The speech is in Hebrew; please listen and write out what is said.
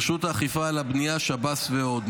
רשות האכיפה על הבנייה, שב"ס ועוד.